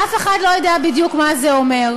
אף אחד לא יודע בדיוק מה זה אומר.